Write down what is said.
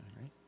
Right